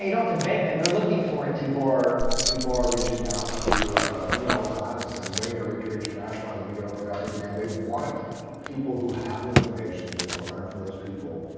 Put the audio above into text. you don't have to beg them. they're looking for it. people are people are reaching out to me all the time and saying, when are you gonna recreate your mastermind? when are you gonna open it up again? they want people who have the information. they want to learn from those people,